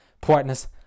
partners